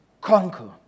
conquer